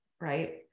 right